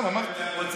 גם, אמרתי.